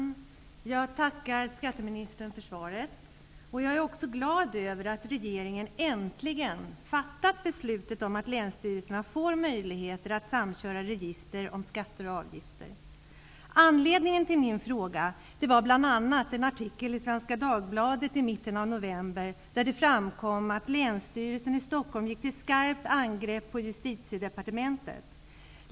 Fru talman! Jag tackar skatteministern för svaret. Jag är glad över att regeringen äntligen har fattat beslut om att länsstyrelserna får möjligheter att samköra register om skatter och avgifter. Anledningen till min fråga är bl.a. en artikel i Svenska Dagbladet i mitten av november, där det framkom att Länsstyrelsen i Stockholm gått till skarpt angrepp på Justitiedepartementet.